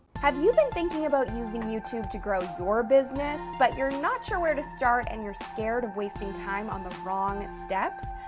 have you been thinking about youtube to grow your business but you're not sure where to start and you're scared of wasting time on the wrong steps?